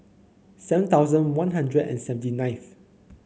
seven thousand One Hundred and seventy nineth